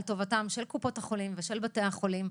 טובתם של קופות החולים ושל בתי החולים,